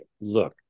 look